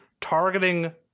targeting